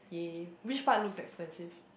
!yay! which part looks expensive